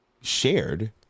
shared